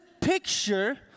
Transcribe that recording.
picture